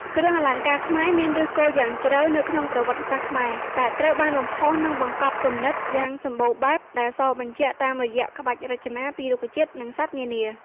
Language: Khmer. គ្រឿងអលង្ការខ្មែរ មានឫសគល់យ៉ាងជ្រៅនៅក្នុងប្រវត្តិសាស្ត្រខ្មែរ ដែលត្រូវបានបំផុសនិងបង្កប់គំនិតយ៉ាងសម្បូរបែបដែលសបញ្ជាក់តាមរយៈក្បាច់រចនាពីរុក្ខជាតិ និងសត្វនានា។